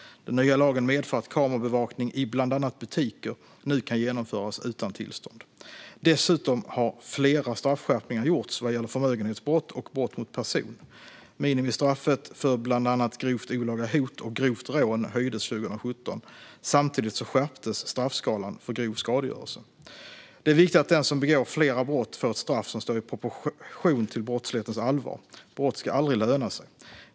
Den nya lagen medför att kamerabevakning i bland annat butiker nu kan genomföras utan tillstånd. Dessutom har flera straffskärpningar gjorts vad gäller förmögenhetsbrott och brott mot person. Minimistraffet för bland annat grovt olaga hot och grovt rån höjdes 2017. Samtidigt skärptes straffskalan för grov skadegörelse. Det är viktigt att den som begår flera brott får ett straff som står i proportion till brottslighetens allvar. Brott ska aldrig löna sig.